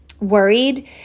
worried